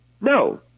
No